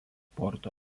sporto